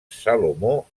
salomó